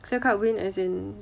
clear cut win as in